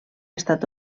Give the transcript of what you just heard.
estat